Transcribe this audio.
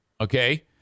Okay